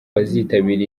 bazitabira